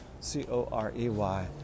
C-O-R-E-Y